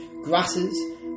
Grasses